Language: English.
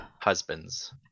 husbands